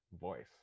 voice